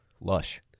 Lush